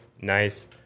Nice